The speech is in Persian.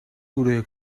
گروه